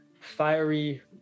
fiery